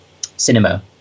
cinema